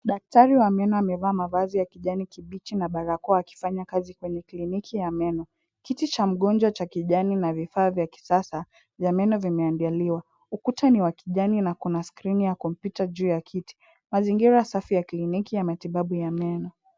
Daktari wa meno amevaa mavazi ya kijani kibichi na barakoa akifanya kazi kwenye kliniki ya meno. Kiti cha mgonjwa cha kijani na vifaa vya kisasa vya meno vimeandaliwa. Ukuta ni wa kijani na kuna skrini ya computer juu ya kiti. Mazingira safi ya kliniki ya matibabu ya meno.